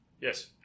Yes